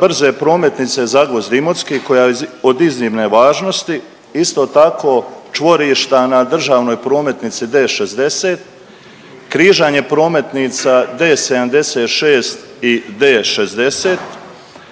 brze prometnice Zagvozd – Imotski koja je od iznimne važnosti isto tako čvorišta na državnoj prometnici D60, križanje prometnica D76 i D60,